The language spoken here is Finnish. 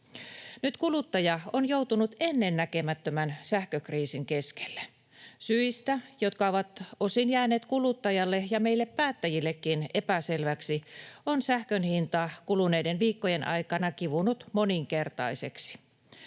Nyt kuluttaja on joutunut ennennäkemättömän sähkökriisin keskelle. Syistä, jotka ovat osin jääneet kuluttajalle ja meille päättäjillekin epäselviksi, on sähkön hinta kuluneiden viikkojen aikana kivunnut moninkertaiseksi.